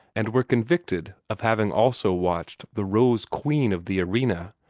and were convicted of having also watched the rose-queen of the arena,